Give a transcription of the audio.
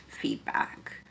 feedback